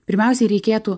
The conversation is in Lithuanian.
pirmiausiai reikėtų